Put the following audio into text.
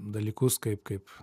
dalykus kaip kaip